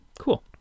Cool